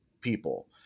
people